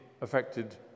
affected